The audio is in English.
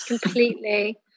Completely